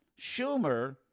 Schumer